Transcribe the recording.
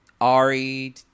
Ari